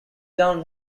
down